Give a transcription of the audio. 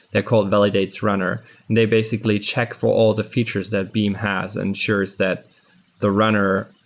they're called validatesrunner, and they basically check for all the features that beam has and ensures that the runner